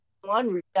one